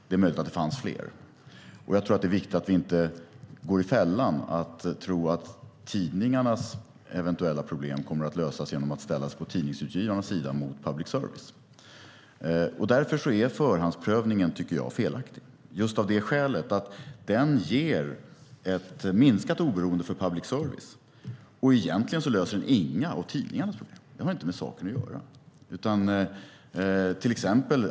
Det är möjligt att det fanns fler. Jag tror att det är viktigt att vi inte går i fällan och tror att tidningarnas eventuella problem kommer att lösas genom att vi ställer oss på tidningsutgivarnas sida mot public service. Därför tycker jag att förhandsprövningen är felaktig, just av skälet att den ger ett minskat oberoende för public service och egentligen inte löser några av tidningarnas problem. Det har inte med saken att göra.